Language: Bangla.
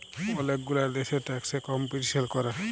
ওলেক গুলা দ্যাশে ট্যাক্স এ কম্পিটিশাল ক্যরে